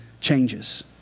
changes